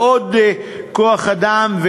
ועוד כוח-אדם,